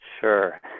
Sure